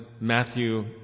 Matthew